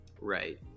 right